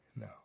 No